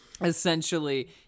essentially